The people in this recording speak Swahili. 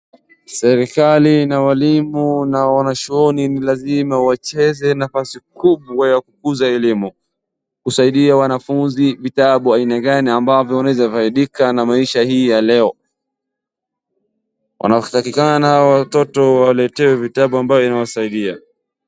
Serikali na walimu na wanasshuhuni lazima wacheze sehemu kubwa ya kukuza elimu kusaidia wanafunzi vitabu aina gani wanaweza faidika na hii maisha ya leo. Wanatakikana waletee watoto vitabu ambavyo vinawasaidia.